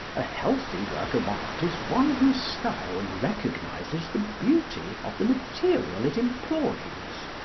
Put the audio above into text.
a healthy work of art is one whose style recognises the beauty of the material it employs,